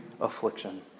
affliction